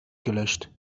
gelöscht